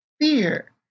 fear